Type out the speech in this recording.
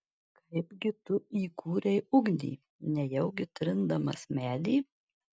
kaipgi tu įkūrei ugnį nejaugi trindamas medį